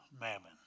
mammon